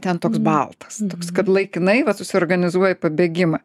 ten toks baltas toks kad laikinai vat susiorganizuoja pabėgimą